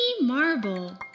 marble